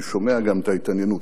אני שומע גם את ההתעניינות,